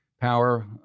power